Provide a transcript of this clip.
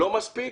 לא מספיק,